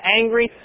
angry